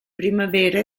primavera